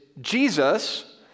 Jesus